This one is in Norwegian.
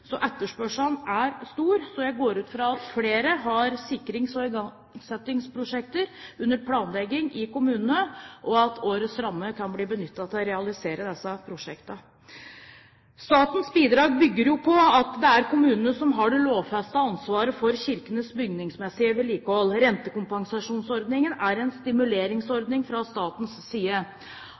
Så etterspørselen er stor. Jeg går ut fra at flere har sikrings- og istandsettingsprosjekter under planlegging i kommunene, og at årets rammer kan bli benyttet til å realisere disse prosjektene. Statens bidrag bygger på at det er kommunene som har det lovfestede ansvaret for kirkenes bygningsmessige vedlikehold. Rentekompensasjonsordningen er en stimuleringsordning fra statens side.